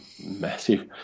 massive